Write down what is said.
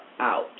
out